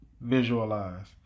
Visualize